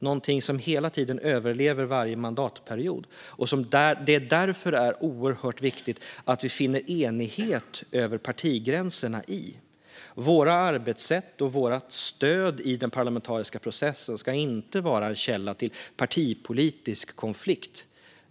Det är något som hela tiden överlever varje mandatperiod och som det därför är oerhört viktigt att vi finner enighet om över partigränserna. Våra arbetssätt och vårt stöd i den parlamentariska processen ska inte vara en källa till partipolitisk konflikt.